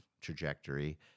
trajectory